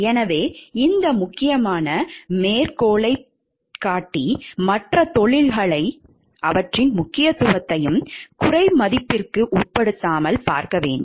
எனவே இந்த முக்கியமான மேற்கோளை மற்ற தொழில்களையும் அவற்றின் முக்கியத்துவத்தையும் குறைமதிப்பிற்கு உட்படுத்தாமல் பார்க்க வேண்டும்